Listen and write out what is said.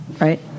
right